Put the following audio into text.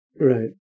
Right